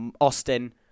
Austin